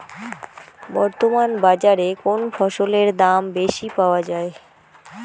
বর্তমান বাজারে কোন ফসলের দাম বেশি পাওয়া য়ায়?